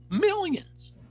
millions